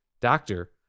Doctor